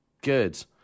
Good